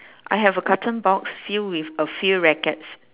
I have a carton box filled with a few rackets